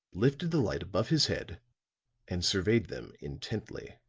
lifted the light above his head and surveyed them intently.